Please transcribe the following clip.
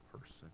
person